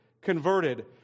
converted